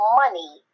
money